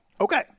Okay